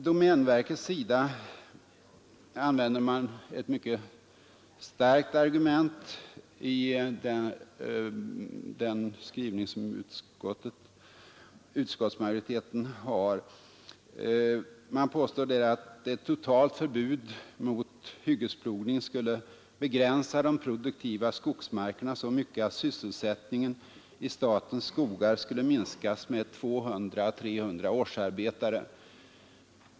Domänverket har enligt utskottsmajoritetens skrivning ett mycket starkt argument, nämligen att ett totalt förbud mot hyggesplogning skulle begränsa de produktiva skogsmarkerna så mycket att sysselsättningen i statens skogar skulle minskas med 200 å 300 årsarbetare.